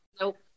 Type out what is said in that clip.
Nope